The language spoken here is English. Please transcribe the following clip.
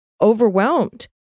overwhelmed